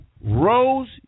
rose